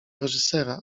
reżysera